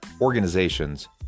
organizations